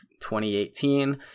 2018